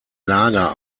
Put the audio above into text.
lager